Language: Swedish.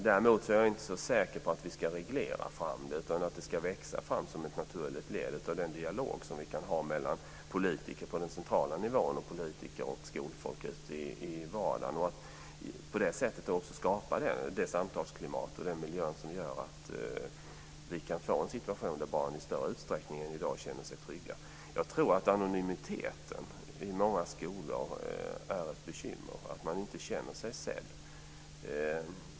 Däremot är jag inte så säker på att vi ska reglera fram detta utan att det i stället ska växa fram som ett naturligt led av den dialog som vi kan ha mellan politiker på den centrala nivån och politiker och skolfolk ute i vardagen. På det sättet skapas det samtalsklimat och den miljö som gör att vi kan få en situation där barn i större utsträckning än i dag känner sig trygga. Jag tror att anonymiteten i många skolor är ett bekymmer. Man känner sig inte sedd.